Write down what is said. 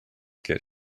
get